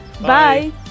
Bye